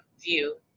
view